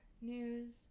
news